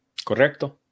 Correcto